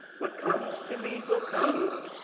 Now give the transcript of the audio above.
what comes to me will come,